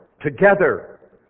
together